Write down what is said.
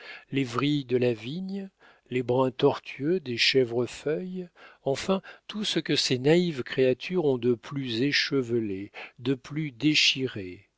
les vrilles de la vigne les brins tortueux des chèvrefeuilles enfin tout ce que ces naïves créatures ont de plus échevelé de plus déchiré